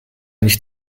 nicht